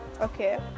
okay